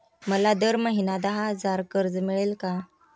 मला दर महिना दहा हजार कर्ज मिळेल का?